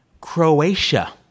Croatia